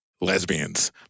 lesbians